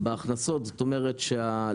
ואנחנו בוחנים את זה לאורך שנים.